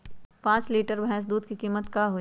पाँच लीटर भेस दूध के कीमत का होई?